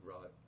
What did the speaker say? right